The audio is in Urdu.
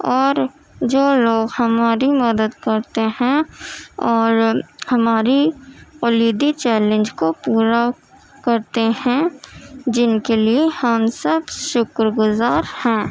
اور جو لوگ ہماری مدد کرتے ہیں اور ہماری کلیدی چیلنج کو پورا کرتے ہیں جن کے لیے ہم سب شکر گزار ہیں